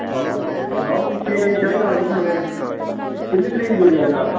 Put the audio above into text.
हां ते सनाओ फ्ही केह् केह् चाहिदा तुसें ते किन्नी तरीक जुड़ेआ ब्याह्